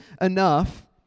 enough